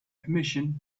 permission